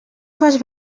fas